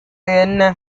என்ன